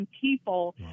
people